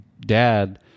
dad